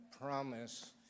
promise